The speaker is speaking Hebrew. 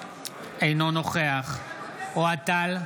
אינו נוכח אוהד טל,